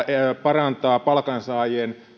parantaa palkansaajien